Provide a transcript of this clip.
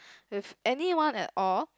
with anyone at all